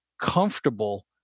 comfortable